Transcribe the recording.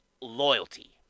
loyalty